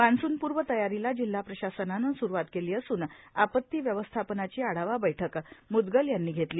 मान्सूनपूर्व तयारीला जिल्हा प्रशासनाने सूरवात केली असून आपत्ती व्यवस्थापनाची आढावा बैठक मुदगल यांनी घेतली